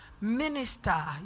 minister